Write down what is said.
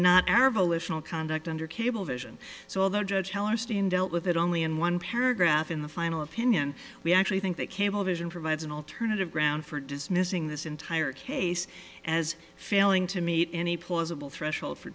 not ara volitional conduct under cablevision so although judge hellerstein dealt with it only in one paragraph in the final opinion we actually think that cablevision provides an alternative ground for dismissing this entire case as failing to meet any plausible threshold for